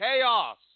chaos